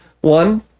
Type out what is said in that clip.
One